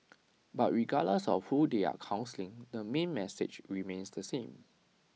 but regardless of who they are counselling the main message remains the same